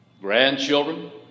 grandchildren